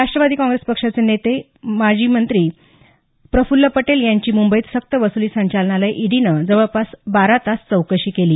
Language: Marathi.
राष्टवादी काँग्रस पक्षाचे ज्येष्ठ नेते आणि माजी केंद्रीय मंत्री प्रफुल्ल पटेल यांची मुंबईत सक्तवसुली संचालनालय ईडीने जवळपास बारा तास चौकशी केली